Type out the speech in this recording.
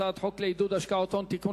הצעת חוק לעידוד השקעות הון (תיקון,